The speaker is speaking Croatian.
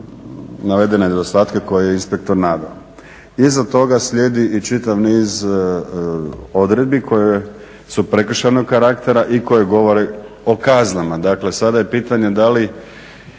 Iza toga slijedi i čitav niz odredbi koje su prekršajnog karaktera i koji govori o kaznama.